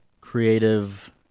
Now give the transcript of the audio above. creative